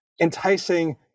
enticing